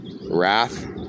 wrath